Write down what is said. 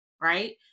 right